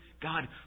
God